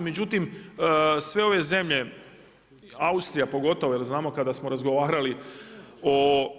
Međutim, sve ove zemlje Austrija pogotovo, jer znamo kada smo razgovarali o,